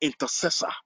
intercessor